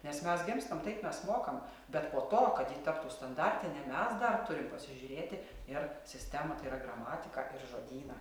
nes mes gimstam taip mes mokam bet po to kad ji taptų standartine mes dar turim pasižiūrėti ir sistemą tai yra gramatiką ir žodyną